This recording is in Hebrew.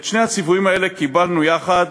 את שני הציוויים האלה קיבלנו יחד